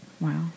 Wow